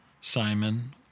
Simon